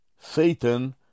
Satan